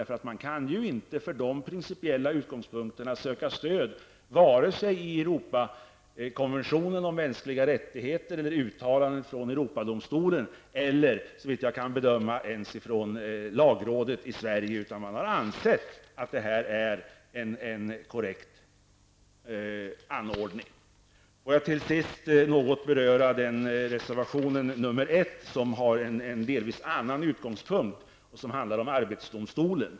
För dessa principiella utgångspunkter kan man inte finna stöd vare sig i Europakonventionen om mänskliga rättigheter eller i uttalandet från Europadomstolen. Man kan inte heller finna stöd för dessa principer ens i uttalanden från lagråd. Dessa instanser har ansett att detta är en korrekt anordning. Reservation nr 1 har en delvis annan utgångspunkt. Den handlar om arbetsdomstolen.